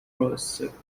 prosecuted